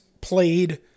played